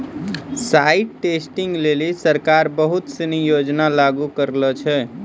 site testing लेलि सरकार बहुत सिनी योजना लागू करलें छै